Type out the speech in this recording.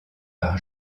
par